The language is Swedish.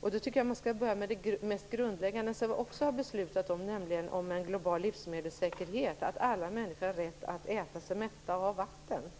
Då tycker jag att man skall börja med det mest grundläggande som vi också har beslutat om, nämligen en global livsmedelssäkerhet - att alla människor har rätt att äta sig mäta och ha tillgång till vatten.